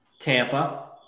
Tampa